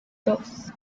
dos